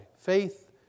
faith